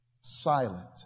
silent